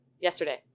yesterday